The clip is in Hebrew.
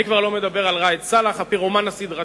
אני כבר לא מדבר על ראאד סלאח, הפירומן הסדרתי,